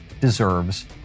deserves